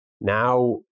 Now